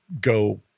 go